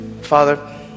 Father